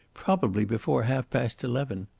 probably before half-past eleven.